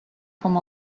com